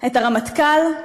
את הרמטכ"ל,